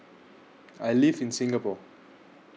I live in Singapore